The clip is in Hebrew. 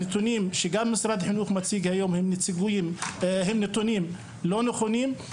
הנתונים שגם משרד החינוך מציג היום הם נתונים לא נכונים.